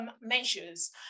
measures